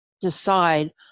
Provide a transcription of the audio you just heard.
decide